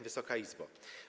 Wysoka Izbo!